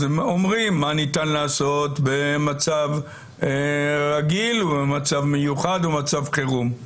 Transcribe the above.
אז אומרים מה ניתן לעשות במצב רגיל ומצב מיוחד ומצב חירום.